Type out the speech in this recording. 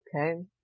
Okay